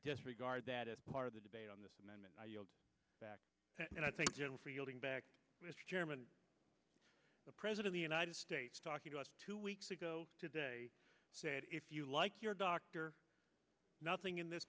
disregard that as part of the debate on this amendment back and i think general feeling back mr chairman the president the united states talking to us two weeks ago today said if you like your doctor nothing in this